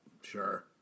Sure